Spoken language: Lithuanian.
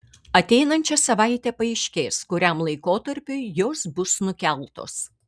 ateinančią savaitę paaiškės kuriam laikotarpiui jos bus nukeltos